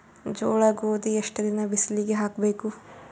ಜೋಳ ಗೋಧಿ ಎಷ್ಟ ದಿನ ಬಿಸಿಲಿಗೆ ಹಾಕ್ಬೇಕು?